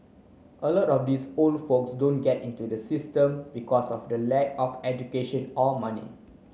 a lot of these old folks don't get into the system because of the lack of education or money